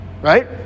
right